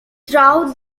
throughout